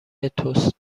توست